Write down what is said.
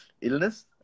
illness